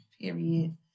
Period